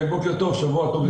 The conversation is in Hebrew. בוקר טוב, שבוע טוב לכולם.